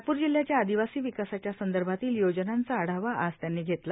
नागपूर जिल्ह्याच्या आदिवासी विकासाच्या संदर्भातील योजनांचा आढावा आज त्यांनी घेतला